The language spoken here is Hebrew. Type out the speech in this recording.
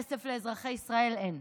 כסף לאזרחי ישראל, אין.